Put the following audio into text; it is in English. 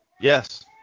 Yes